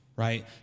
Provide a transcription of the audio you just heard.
right